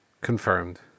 confirmed